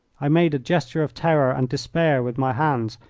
i made a gesture of terror and despair with my hands,